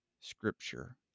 scripture